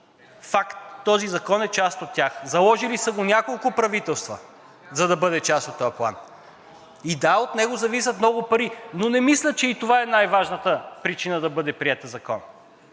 Факт! Този закон е част от тях. Заложили са го няколко правителства, за да бъде част от този план. И да, от него зависят много пари! Но не мисля, че и това е най-важната причина да бъде приет Законът.